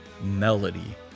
melody